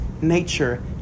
nature